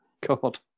God